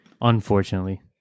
Unfortunately